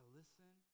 listen